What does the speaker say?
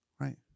Right